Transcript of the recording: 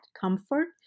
comfort